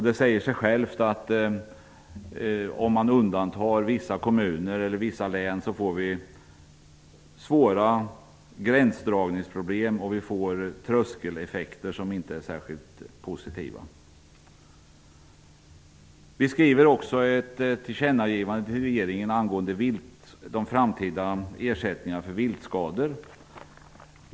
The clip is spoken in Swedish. Det säger sig självt att om man undantar vissa kommuner eller vissa län får man svåra gränsdragningsproblem, och vi får tröskeleffekter som inte är särskilt positiva. Vi skriver också ett tillkännagivande till regeringen angående de framtida ersättningarna för viltskador.